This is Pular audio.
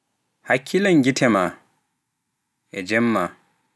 hakkilan gite ma, e jemma